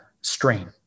strain